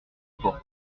porte